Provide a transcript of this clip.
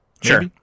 Sure